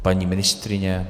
Paní ministryně?